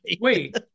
Wait